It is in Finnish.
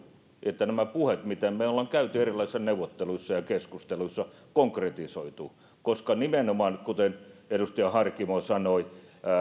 että nämä puheet mitä me olemme käyneet erilaisissa neuvotteluissa ja keskusteluissa konkretisoituvat koska nimenomaan kuten edustaja harkimo sanoi